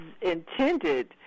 intended